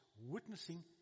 witnessing